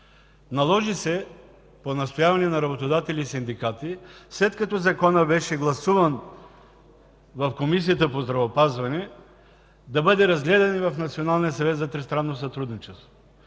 Наложи се по настояване на работодатели и синдикати, след като Законът беше гласуван в Комисията по здравеопазването, да бъде разгледан и в